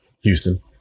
Houston